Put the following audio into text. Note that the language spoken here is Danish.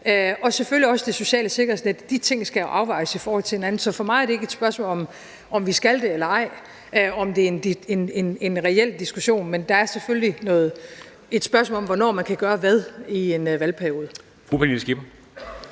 og selvfølgelig også det sociale sikkerhedsnet skal afvejes mod hinanden, så for mig er det ikke et spørgsmål om, om vi skal det eller ej, eller om det er en reel diskussion, men der er selvfølgelig et spørgsmål at tage stilling til om, hvornår man kan gøre hvad i en valgperiode.